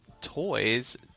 Toys